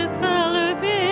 salvation